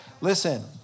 listen